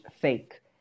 fake